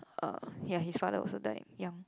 uh ya his father also died young